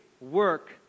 work